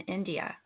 India